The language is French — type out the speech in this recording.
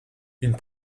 une